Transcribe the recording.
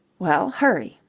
well, hurry.